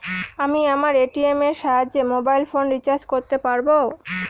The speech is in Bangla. আমি আমার এ.টি.এম এর সাহায্যে মোবাইল ফোন রিচার্জ করতে পারব?